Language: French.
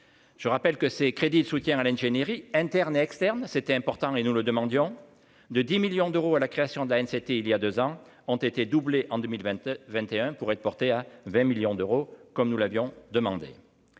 je rappelle que ces crédits de soutien à l'ingénierie internes et externes, c'était important et nous le demandions, de 10 millions d'euros à la création de la haine, c'était il y a 2 ans, ont été doublés en 2020 21 pour être porté à 20 millions d'euros, comme nous l'avions demandé